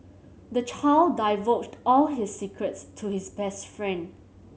the child divulged all his secrets to his best friend